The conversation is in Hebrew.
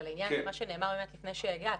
ולעניין מה שנאמר לפני שהגעת: